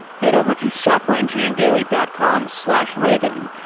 head over to softwareengineeringdaily dot com slash raygun.